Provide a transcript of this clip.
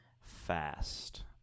Fast